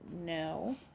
no